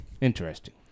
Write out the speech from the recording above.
Interesting